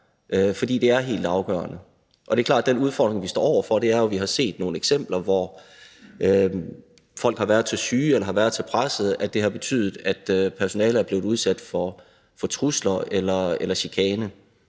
for det er helt afgørende. Det er klart, at den udfordring, vi står over for, jo handler om, at vi har set nogle eksempler, hvor folk har været så syge eller har været så pressede, at det har betydet, at personalet er blevet udsat for trusler eller chikane.